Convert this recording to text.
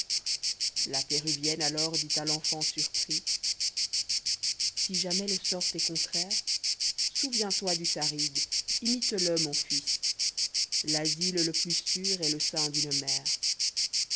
la péruvienne alors dit à l'enfant surpris si jamais le sort t'est contraire souviens-toi du sarigue imite le mon fils l'asile le plus sûr est le sein d'une mère